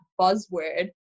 buzzword